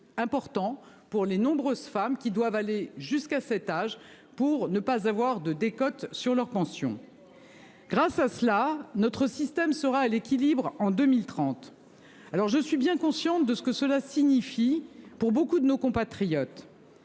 C'est important pour les nombreuses femmes qui doivent aller jusqu'à cet âge pour ne pas avoir de décote sur leur pension. Grâce à cela notre système sera à l'équilibre en 2030. Alors je suis bien consciente de ce que cela signifie pour beaucoup de nos compatriotes.